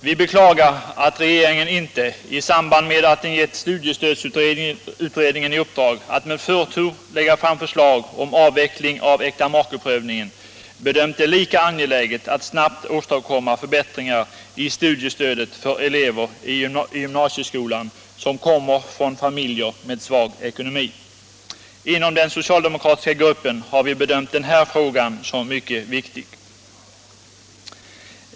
Vi beklagar att regeringen inte, i samband med att den gett studiestödsutredningen i uppdrag att med förtur lägga fram förslag om avveckling av äktamakeprövningen, bedömt det lika angeläget att snabbt åstadkomma förbättringar i studiestödet för elever i gymnasieskolan som kommer från familjer med svag ekonomi. Inom den socialdemokratiska gruppen har vi bedömt den här frågan som mycket viktig.